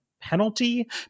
penalty